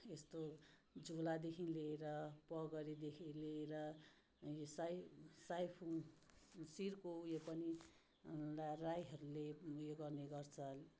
यस्तो झोलादेखि लिएर पगरीदेखि लिएर यो साइ साइफुङ शिरको यो पनि राईहरूले यो गर्ने गर्छन्